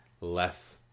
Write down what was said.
less